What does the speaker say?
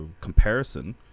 comparison